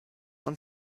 und